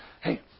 Hey